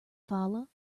follow